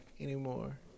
anymore